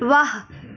ਵਾਹ